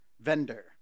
vendor